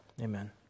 Amen